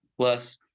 plus